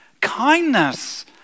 Kindness